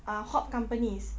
ah hop companies